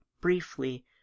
briefly